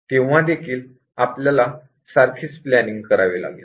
तेव्हा देखील आपल्याला सारखेच प्लॅनिन्ग करावे लागेल